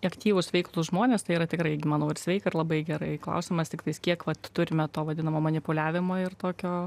aktyvūs veiklūs žmonės tai yra tikrai manau ir sveika labai gerai klausimas tiktai kiek vat turime to vadinamo manipuliavimo ir tokio